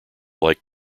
like